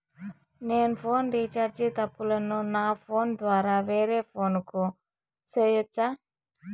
నేను phone recharge తప్పులను నా ఫోను ద్వారా వేరే ఫోను కు సేయొచ్చా?